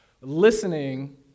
Listening